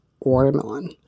watermelon